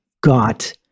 got